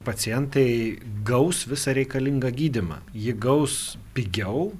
pacientai gaus visą reikalingą gydymą jį gaus pigiau